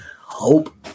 hope